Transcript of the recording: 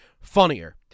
funnier